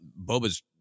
Boba's